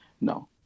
no